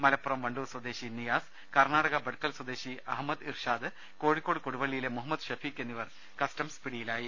മല പ്പുറം വണ്ടൂർ സ്വദേശി നിയാസ് കർണാടക ബഡ്കൽ സ്വദേശി അഹമ്മദ് ഇർഷാദ് കോഴിക്കോട് കൊടുവള്ളിയിലെ മുഹമ്മദ് ഷഫീഖ് എന്നിവർ കസ്റ്റംസ് പിടിയിലായി